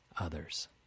others